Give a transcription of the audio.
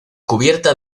cubierta